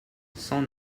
cent